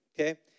okay